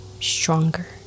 stronger